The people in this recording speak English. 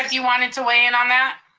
you wanted to weigh in on that?